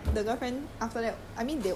then after that day 我没有看过他了